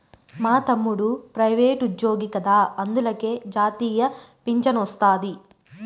మా తమ్ముడు ప్రైవేటుజ్జోగి కదా అందులకే జాతీయ పింఛనొస్తాది